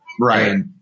Right